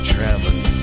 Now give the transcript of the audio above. Traveling